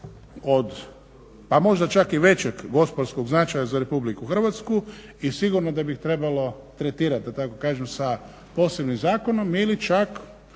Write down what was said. pa možda čak i većeg gospodarskog značaja za RH i sigurno da bi ih trebalo tretirati da kažem sa posebnim zakonom ili čak